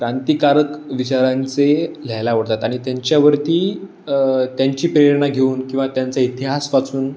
क्रांतिकारक विचारांचे लिहायला आवडतात आणि त्यांच्यावरती त्यांची प्रेरणा घेऊन किंवा त्यांचा इतिहास वाचून